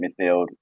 midfield